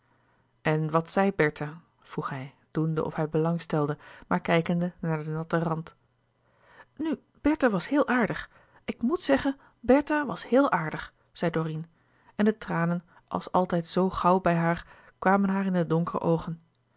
en wat zei bertha vroeg hij doende of hij belang stelde maar kijkende naar den natten rand nu bertha was heel aardig ik moet zeggen bertha was heel aardig zei dorine en de tranen als altijd zoo gauw bij haar kwamen haar in de donkere oogen